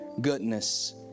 goodness